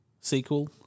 sequel